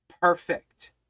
perfect